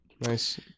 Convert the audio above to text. nice